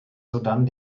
sodann